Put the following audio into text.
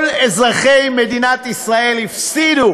כל אזרחי מדינת ישראל הפסידו